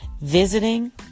visiting